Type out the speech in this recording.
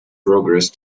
progress